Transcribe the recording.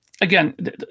Again